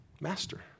Master